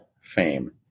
fame